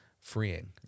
freeing